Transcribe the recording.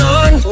on